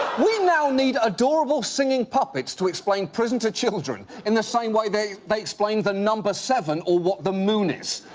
we now need adorable, singing puppets to explain prison to children in the same way they, they explain the number seven or what the moon is.